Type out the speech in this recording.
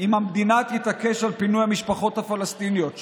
אם המדינה תתעקש על פינוי המשפחות הפלסטיניות משם.